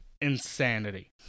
insanity